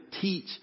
teach